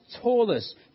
tallest